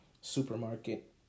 supermarket